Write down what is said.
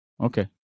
okay